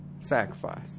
sacrifice